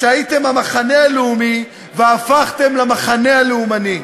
שהייתם המחנה הלאומי והפכתם למחנה הלאומני?